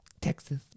Texas